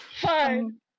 Fine